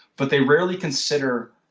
but they rarely consider